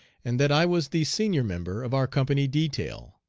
and that i was the senior member of our company detail.